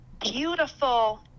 beautiful